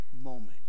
moment